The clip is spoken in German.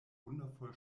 wundervoll